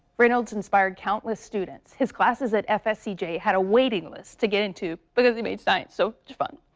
reynolds inspired countless students his classes at fsu jay had a waiting list to get into but the main site so fun.